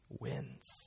wins